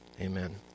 Amen